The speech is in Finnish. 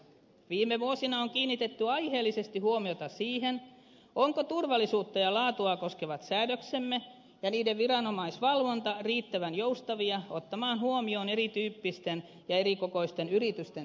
viime vuosina on kiinnitetty aiheellisesti huomiota siihen ovatko turvallisuutta ja laatua koskevat säädöksemme ja niiden viranomaisvalvonta riittävän joustavia ottamaan huomioon erityyppisten ja erikokoisten yritysten tilanteen